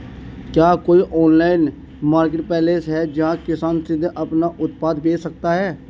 क्या कोई online marketplace है जहां किसान सीधे अपने उत्पाद बेच सकते हैं?